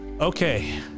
Okay